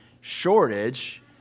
shortage